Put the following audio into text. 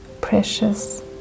precious